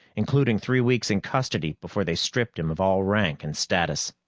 including three weeks in custody before they stripped him of all rank and status.